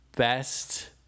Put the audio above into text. Best